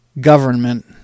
government